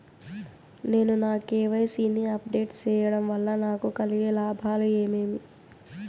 నేను నా కె.వై.సి ని అప్ డేట్ సేయడం వల్ల నాకు కలిగే లాభాలు ఏమేమీ?